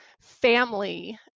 family